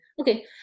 okay